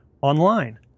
online